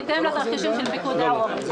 בהתאם לתרחישים של פיקוד העורף.